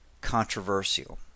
controversial